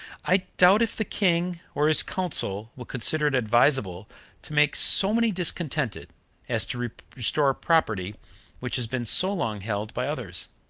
i doubt if the king, or his council, will consider it advisable to make so many discontented as to restore property which has been so long held by others,